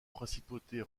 principautés